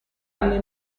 anni